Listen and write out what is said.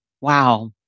Wow